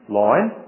line